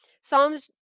Psalms